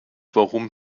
warum